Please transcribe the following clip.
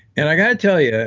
and i've got to tell you,